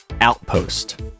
Outpost